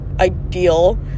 ideal